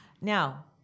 Now